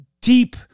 deep